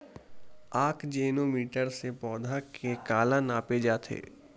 आकजेनो मीटर से पौधा के काला नापे जाथे?